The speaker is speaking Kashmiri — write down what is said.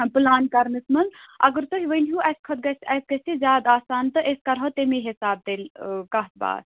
پُلان کَرنَس منٛز اگر تُہۍ ؤنۍ ہو اَسہِ کھۄتہٕ گژھِ اَسہِ گژھِ ہَے زیادٕ آسان تہٕ أسۍ کَرہو تَمے حِساب تیٚلہِ کَتھ باتھ